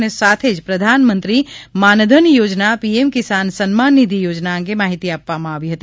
અને સાથે જ પ્રધાનમંત્રી માનધન યોજના પીએમ કિસાન સન્માન નિધિ યોજના અંગે માહિતી આપવામાં આવી હતી